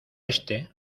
este